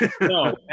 No